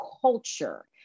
culture